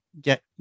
get